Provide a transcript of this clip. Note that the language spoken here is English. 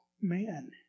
man